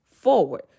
forward